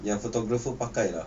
yang photographer pakai lah